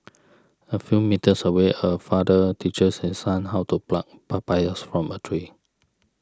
a few metres away a father teaches his son how to pluck papayas from a tree